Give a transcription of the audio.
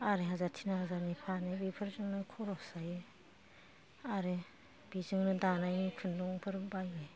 आराय हाजार थिन हाजारनि फानो बेफोरजोंनो खरस जायो आरो बेजोंनो दानायनि खुन्दुंफोर बायो